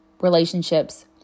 relationships